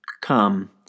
come